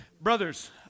Brothers